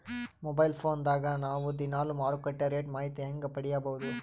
Mobile phone ದಾಗ ನಾವು ದಿನಾಲು ಮಾರುಕಟ್ಟೆ ರೇಟ್ ಮಾಹಿತಿ ಹೆಂಗ ಪಡಿಬಹುದು?